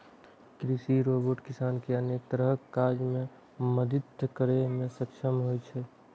कृषि रोबोट किसान कें अनेक तरहक काज मे मदति करै मे सक्षम होइ छै